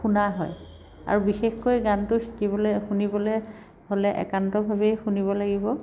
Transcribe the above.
শুনা হয় আৰু বিশেষকৈ গানটো শিকিবলৈ শুনিবলৈ হ'লে একান্তভাৱেই শুনিব লাগিব